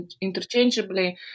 interchangeably